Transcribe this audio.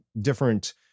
different